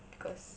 because